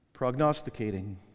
prognosticating